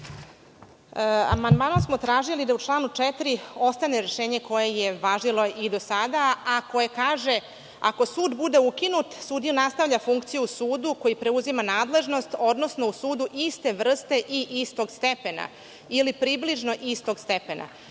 Amandmanom smo tražili da u članu 4. ostane rešenje koje je važilo i do sada, a koje kaže – ako sud bude ukinut sudija nastavlja funkciju u sudu koji preuzima nadležnost, odnosno u sudu iste vrste i istog stepena, ili približno istog stepena.